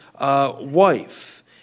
Wife